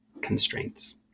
constraints